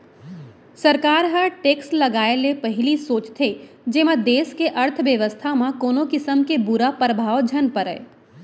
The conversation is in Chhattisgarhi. सरकार ह टेक्स लगाए ले पहिली सोचथे जेमा देस के अर्थबेवस्था म कोनो किसम के बुरा परभाव झन परय